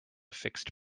fixed